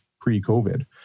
pre-COVID